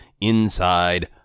inside